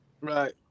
Right